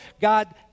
God